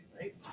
right